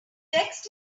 text